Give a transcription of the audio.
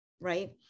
right